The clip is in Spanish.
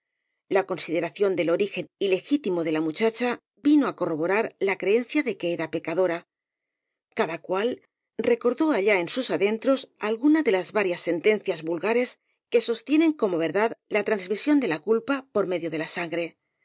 la consideración del ori gen ilegítimo de la muchacha vino á corroborar la creencia de que era pecadora cada cual recordó allá en sus adentros alguna de las varias senten cias vulgares que sostienen como verdad la trans misión de la culpa por medio de la sangre